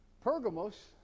Pergamos